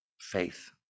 faith